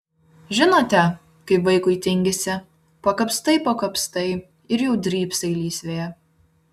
žinote kaip vaikui tingisi pakapstai pakapstai ir jau drybsai lysvėje